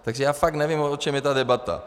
Takže já fakt nevím, o čem je ta debata.